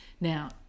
now